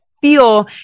feel